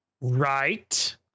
Right